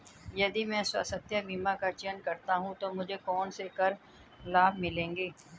यदि मैं स्वास्थ्य बीमा का चयन करता हूँ तो मुझे कौन से कर लाभ मिलेंगे?